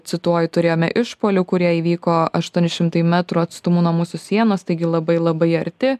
cituoju turėjome išpuolių kurie įvyko aštuoni metrų atstumu nuo mūsų sienos taigi labai labai arti